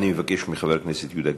אני מבקש מחבר הכנסת יהודה גליק.